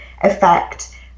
effect